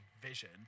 vision